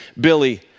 Billy